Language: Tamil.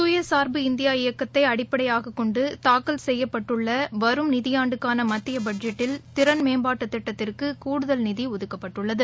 சுயசார்பு இந்தியா இயக்கத்தைஅடிப்படையாகக் கொண்டுதாக்கல் செய்யப்பட்டுள்ளவரும் நிதியாண்டுக்கானமத்தியபட்ஜெட்டில் திறன் மேம்பாட்டுதிட்டத்திற்குகூடுதல் நிதிஒதுக்கப்பட்டுள்ளது